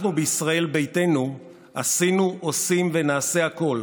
אנחנו בישראל ביתנו עשינו, עושים, ונעשה הכול